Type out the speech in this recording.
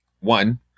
One